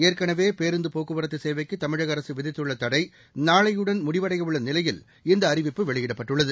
ஏற்கனவே பேருந்து போக்குவரத்து சேவைக்கு தமிழக அரசு விதித்துள்ள தடை நாளையுடன் முடிவடையவுள்ள நிலையில் இந்த அறிவிப்பு வெளியிடப்பட்டுள்ளது